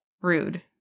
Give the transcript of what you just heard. rude